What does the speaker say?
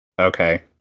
Okay